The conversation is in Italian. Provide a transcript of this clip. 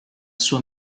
suo